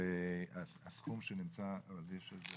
והסכום שמוצע יש על זה הסכמה?